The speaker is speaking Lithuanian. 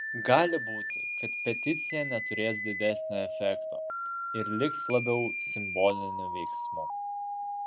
gali būti kad peticija neturės didesnio efekto ir liks labiau simboliniu veiksmu